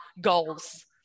goals